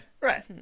right